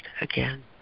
again